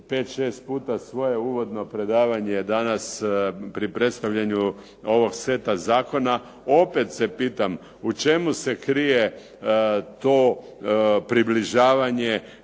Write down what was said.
šest puta svoje uvodno predavanje danas pri predstavljanju ovog seta zakona. Opet se pitam u čemu se krije to približavanje,